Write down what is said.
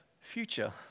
future